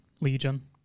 Legion